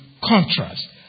contrast